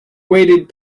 waited